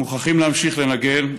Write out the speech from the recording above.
מוכרחים להמשיך לנגן.